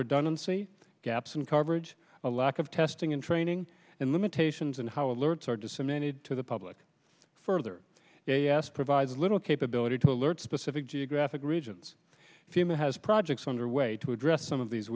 redundancy gaps in coverage a lack of testing and training and limitations and how alert disseminated to the public further a s provides little capability to alert specific geographic regions fema has projects underway to address some of these